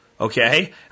okay